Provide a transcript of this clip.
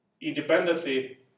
independently